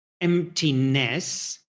Emptiness